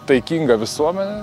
taikinga visuomenė